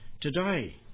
today